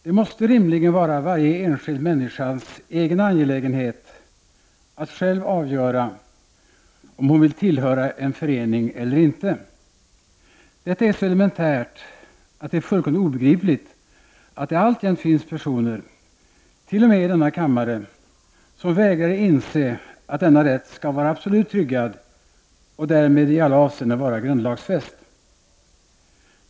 Det måste rimligen vara varje enskild människas egen angelägenhet att själv avgöra om hon vill tillhöra en förening eller inte. Detta är så elementärt, att det är fullkomligt obegripligt att det alltjämt finns personer -- t.o.m. i denna kammare -- som vägrar att inse att denna rätt skall vara absolut tryggad och därmed i alla avseenden vara grundlagsfäst.